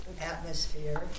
atmosphere